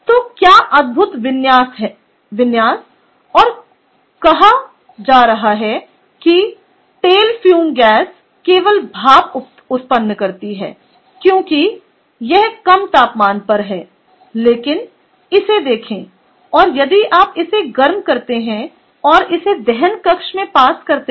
तो क्या अद्भुत विन्यास और कहा जा रहा है कि टेल फ्यूम गैस केवल भाप उत्पन्न करती है क्योंकि यह कम तापमान पर है लेकिन इसे देखें और यदि आप इसे गर्म करते हैं और इसे दहन कक्ष में पास करते हैं